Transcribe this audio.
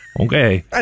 Okay